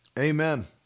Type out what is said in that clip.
Amen